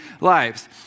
lives